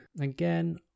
Again